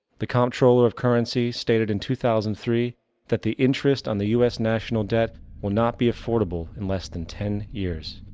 the comptroller of currencies stated in two thousand and three that the interest on the us national debt will not be affordable in less than ten years.